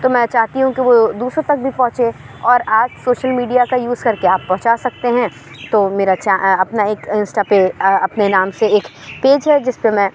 تو میں چاہتی ہوں کہ وہ دوسروں تک بھی پہنچے اور آج سوشل میڈیا کا یوز کر کے آپ پہنچا سکتے ہیں تو میرا چا اپنا ایک انسٹا پہ اپنے نام سے ایک پیج ہے جس پہ میں